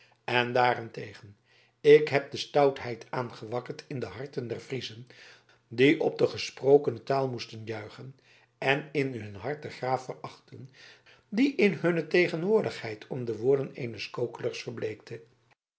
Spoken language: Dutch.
en daarentegen ik heb de stoutheid aangewakkerd in de harten der friezen die op de gesprokene taal moesten juichen en in hun hart den graaf verachten die in hunne tegenwoordigheid om de woorden eens kokelers verbleekte